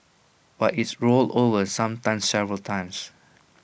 but it's rolled over sometimes several times